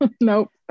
Nope